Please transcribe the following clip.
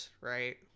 right